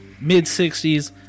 Mid-60s